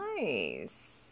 Nice